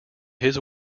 his